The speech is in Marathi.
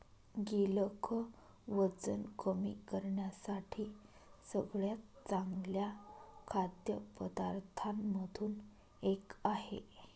गिलक वजन कमी करण्यासाठी सगळ्यात चांगल्या खाद्य पदार्थांमधून एक आहे